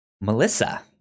Melissa